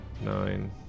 nine